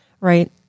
right